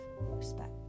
respect